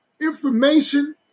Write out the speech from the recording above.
information